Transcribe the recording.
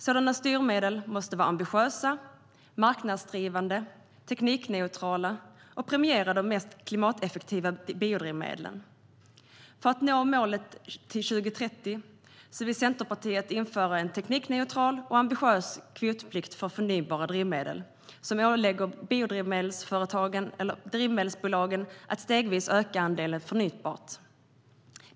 Sådana styrmedel måste vara ambitiösa, marknadsdrivande och teknikneutrala och premiera de mest klimateffektiva biodrivmedlen. För att nå målet till 2030 vill Centerpartiet införa en teknikneutral och ambitiös kvotplikt för förnybara drivmedel, där drivmedelsbolagen åläggs att stegvis öka andelen förnybart.